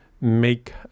make